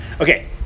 okay